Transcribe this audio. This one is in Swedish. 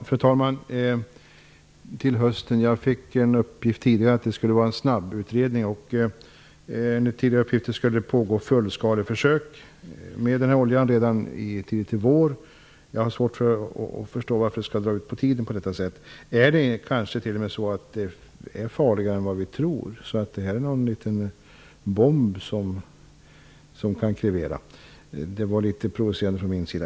Fru talman! Statsrådet sade att ett besked kommer till hösten. Jag fick tidigare en uppgift om att det skulle ske en snabbutredning. Enligt tidigare uppgifter skulle det också pågå fullskaleförsök med olja redan i vår. Jag har svårt att föstå varför det skall behöva dra ut på tiden på detta sätt. Är det här kanske t.o.m. farligare än vad vi tror? Är det en bomb som kan krevera? Frågan är litet provocerande från min sida.